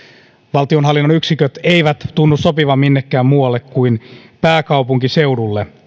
valtionhallinnon yksiköt eivät tunnu sopivan minnekään muualle kuin pääkaupunkiseudulle